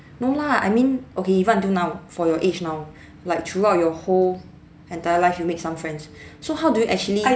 no lah I mean okay even until now for your age now like throughout your whole entire life you make some friends so how do you actually